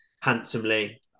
handsomely